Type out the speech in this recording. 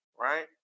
right